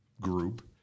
group